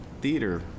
theater